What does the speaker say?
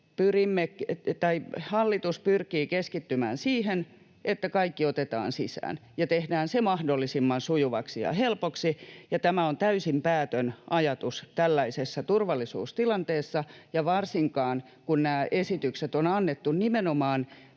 Hallitus pyrkii keskittymään siihen, että kaikki otetaan sisään ja tehdään se mahdollisimman sujuvaksi ja helpoksi. Tämä on täysin päätön ajatus tällaisessa turvallisuustilanteessa ja varsinkin, kun nämä esitykset on annettu nimenomaan